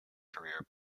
career